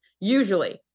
Usually